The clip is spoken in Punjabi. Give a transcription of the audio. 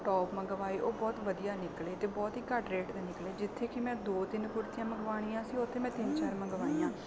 ਟੋਪ ਮੰਗਵਾਏ ਉਹ ਬਹੁਤ ਵਧੀਆ ਨਿਕਲੇ ਅਤੇ ਬਹੁਤ ਹੀ ਘੱਟ ਰੇਟ ਦੇ ਨਿਕਲੇ ਜਿੱਥੇ ਕਿ ਮੈਂ ਦੋ ਤਿੰਨ ਕੁੜਤੀਆਂ ਮੰਗਵਾਉਣੀਆਂ ਸੀ ਉੱਥੇ ਮੈਂ ਤਿੰਨ ਚਾਰ ਮੰਗਵਾਈਆਂ